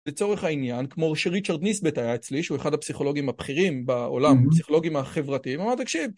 לצורך העניין, כמו שריצ'רד ניסבט היה אצלי, שהוא אחד הפסיכולוגים הבכירים בעולם, פסיכולוגים החברתיים, אמר, תקשיב.